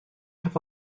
have